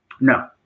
No